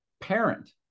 parent